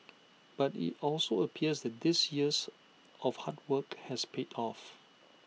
but IT also appears that his years of hard work has paid off